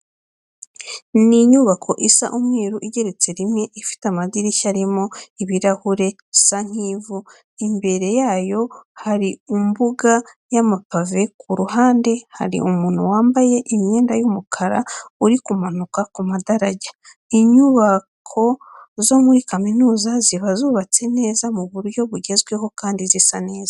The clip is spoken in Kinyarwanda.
Ni inyubako isa umweru igeretse rimwe, ifite amadirishya arimo ibirahure sa nk'ivu. Imbere yayo hari umbuga y'amapave, ku ruhande hari umuntu wambaye imyenda y'umukara uri kumanuka ku madarajya. Inyubako zo muri kaminuza ziba zubatse neza mu buryo bugezweho kandi zisa neza.